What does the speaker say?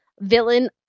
villain